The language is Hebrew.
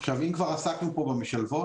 אם כבר עסקנו פה במשלבות,